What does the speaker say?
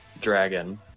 dragon